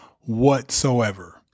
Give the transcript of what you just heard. whatsoever